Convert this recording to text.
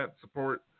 support